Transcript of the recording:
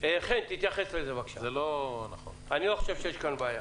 אני לא חושב שיש כאן בעיה.